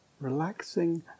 relaxing